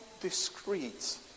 discreet